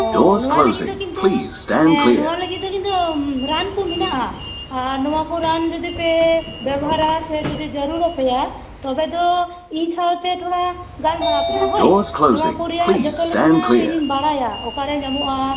ᱚ ᱱᱚᱣᱟ ᱞᱟᱹᱜᱤᱫ ᱫᱚ ᱠᱤᱱᱛᱩ ᱦᱮᱸ ᱱᱚᱣᱟ ᱞᱟᱹᱜᱤᱫ ᱫᱚ ᱠᱤᱱᱛᱩ ᱨᱟᱱ ᱠᱚ ᱢᱮᱱᱟᱜᱼᱟ ᱟᱨ ᱱᱚᱣᱟ ᱠᱚ ᱨᱟᱱ ᱡᱩᱫᱤ ᱯᱮ ᱵᱮᱵᱚᱦᱟᱨᱟ ᱥᱮ ᱡᱩᱫᱤ ᱡᱟᱹᱨᱩᱲᱟᱯᱮᱭᱟ ᱛᱚᱵᱮ ᱫᱚ ᱤᱧ ᱥᱟᱶᱛᱮ ᱛᱷᱚᱲᱟ ᱜᱟᱞᱢᱟᱨᱟᱣ ᱯᱮ ᱦᱟᱸᱜ ᱦᱳᱭ ᱱᱚᱣᱟ ᱠᱚ ᱨᱮᱭᱟᱜ ᱡᱚᱛᱚ ᱞᱮᱠᱟᱱᱟᱜ ᱤᱧᱤᱧ ᱵᱟᱲᱟᱭᱟ ᱚᱠᱟᱨᱮ ᱧᱟᱢᱚᱜᱼᱟ